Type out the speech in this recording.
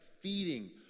feeding